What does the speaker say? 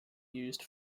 used